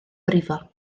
brifo